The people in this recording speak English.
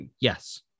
Yes